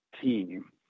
team